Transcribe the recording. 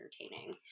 entertaining